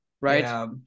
right